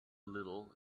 little